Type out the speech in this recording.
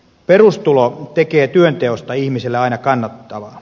perustulo tekee työnteosta ihmiselle aina kannattavaa